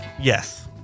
Yes